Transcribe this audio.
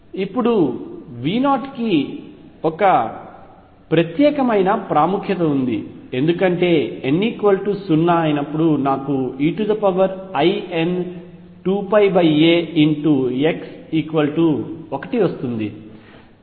ఇప్పుడు V0 కి ఒక ప్రత్యేక ప్రాముఖ్యత ఉంది ఎందుకంటే n 0 నాకు ein2πax1 ఇస్తుంది